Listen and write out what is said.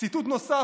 ציטוט נוסף,